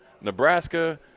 Nebraska